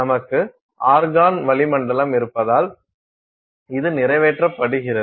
நமக்கு ஆர்கான் வளிமண்டலம் இருப்பதால் இது நிறைவேற்றப்படுகிறது